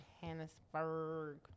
Johannesburg